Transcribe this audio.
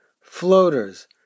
floaters